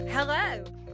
hello